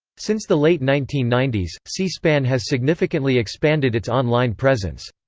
since the late nineteen ninety s, c-span has significantly expanded its online presence.